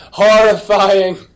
Horrifying